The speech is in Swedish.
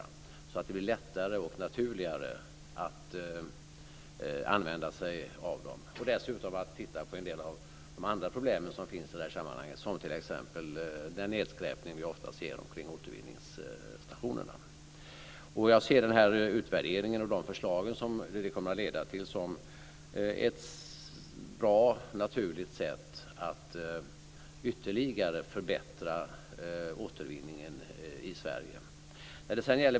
Det ska bli lättare och naturligare att använda sig av dem. Dessutom ska utredningen se på en del andra problem i sammanhanget, t.ex. den nedskräpning vi ofta ser omkring återvinningsstationerna. Jag ser utvärderingen och de förslag som den kommer att leda till som ett bra, naturligt sätt att ytterligare förbättra återvinningen i Sverige.